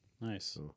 Nice